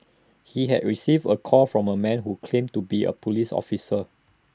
he had received A call from A man who claimed to be A Police officer